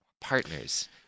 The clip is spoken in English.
Partners